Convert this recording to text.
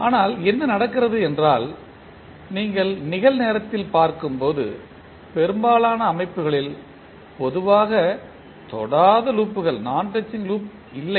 ஆனால் என்ன நடக்கிறது என்றால் நீங்கள் நிகழ்நேரத்தில் பார்க்கும்போது பெரும்பாலான அமைப்புகளில் பொதுவாக தொடாத லூப்கள் இல்லை